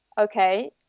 Okay